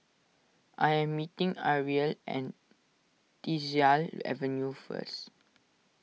I am meeting Ariel and Tyersall Avenue first